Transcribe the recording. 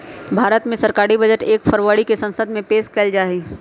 भारत मे सरकारी बजट एक फरवरी के संसद मे पेश कइल जाहई